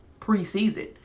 preseason